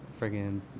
friggin